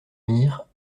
mire